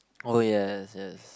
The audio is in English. oh yes yes